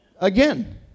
again